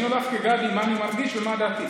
אני עונה לך כגדי מה אני מרגיש ומה דעתי,